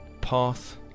path